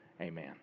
Amen